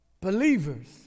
believers